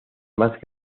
más